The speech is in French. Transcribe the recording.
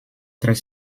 très